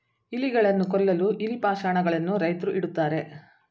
ಇಲಿಗಳನ್ನು ಕೊಲ್ಲಲು ಇಲಿ ಪಾಷಾಣ ಗಳನ್ನು ರೈತ್ರು ಇಡುತ್ತಾರೆ